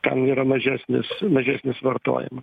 ten yra mažesnis mažesnis vartojimas